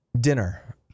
Dinner